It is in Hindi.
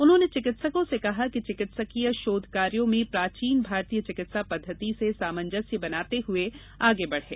उन्होंने चिकित्सकों से कहा कि चिकित्सकीय शोध कार्यो में प्राचीन भारतीय चिकित्सा पद्धति से सामंजस्य बनाते हुए आगे बढ़ें